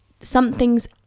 something's